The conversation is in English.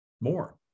more